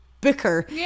booker